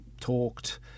talked